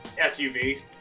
suv